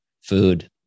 food